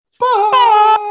Bye